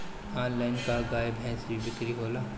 Online का गाय भैंस क बिक्री होला?